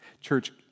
Church